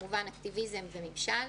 וכמובן אקטיביזם וממשל.